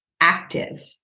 active